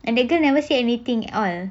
and they never say anything all